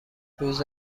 روز